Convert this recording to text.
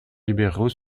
libéraux